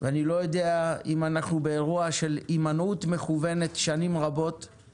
ואני לא יודע אם אנחנו באירוע של הימנעות מכוונת מביצוע